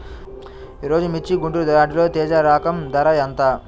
ఈరోజు మిర్చి గుంటూరు యార్డులో తేజ రకం ధర ఎంత?